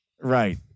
Right